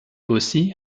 aussi